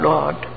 Lord